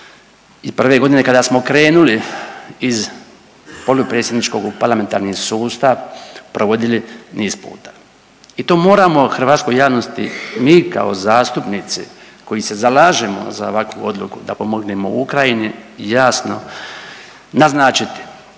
2001. g. kada smo krenuli iz polupredsjedničkog u parlamentarni sustav provodili niz puta. I to moramo hrvatskoj javnosti mi kao zastupnici koji se zalažemo za ovakvu odluku da pomognemo Ukrajini, jasno naznačiti